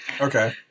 Okay